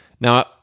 Now